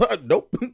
Nope